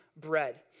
bread